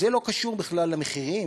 זה לא קשור בכלל למחירים,